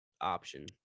option